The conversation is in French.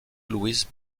luis